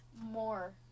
more